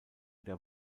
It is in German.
der